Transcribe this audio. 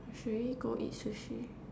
should we go eat sushi